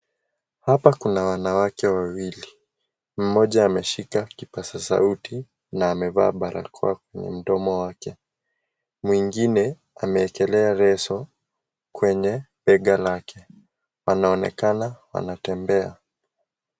Hapa kuna wanawake wawili ,mmoja ameshika kipasa sauti na amevaa barakoa mdomo wake , mwingine ameekelea leso kwenye bega lake. Wanaonekana wanatembea.